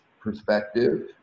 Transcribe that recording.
perspective